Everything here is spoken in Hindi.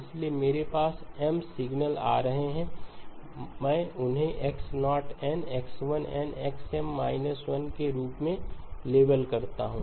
इसलिए मेरे पास M सिग्नल आ रहे हैं मैं उन्हें X0n X1n XM 1n के रूप में लेबल करता हूं